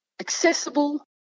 accessible